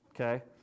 okay